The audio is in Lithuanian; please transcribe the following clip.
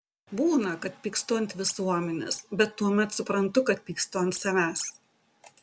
būna kad pykstu ant visuomenės bet tuomet suprantu kad pykstu ant savęs